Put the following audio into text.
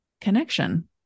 connection